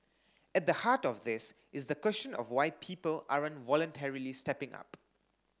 at the heart of this is the question of why people aren't voluntarily stepping up